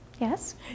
Yes